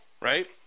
right